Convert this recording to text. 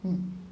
mm